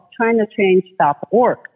Chinachange.org